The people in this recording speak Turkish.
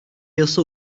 yasa